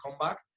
comeback